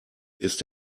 ist